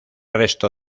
resto